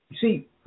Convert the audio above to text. See